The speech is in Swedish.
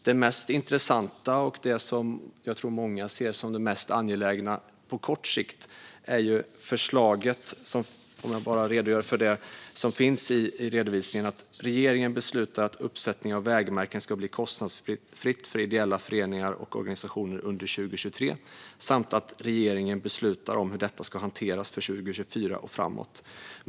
Det mest intressanta och det som jag tror att många ser som det mest angelägna på kort sikt är det förslag som finns i redovisningen om "att regeringen beslutar att uppsättning av vägmärken ska bli kostnadsfritt för ideella föreningar och organisationer under 2023, samt att regeringen beslutar om hur detta ska hanteras för 2024 och framåt.